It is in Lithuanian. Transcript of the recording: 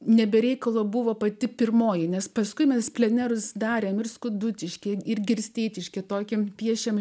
ne be reikalo buvo pati pirmoji nes paskui mes pleneras darėme ir skudutiškyje ir girsteitiškyje tokiam piešiame